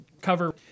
cover